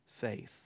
faith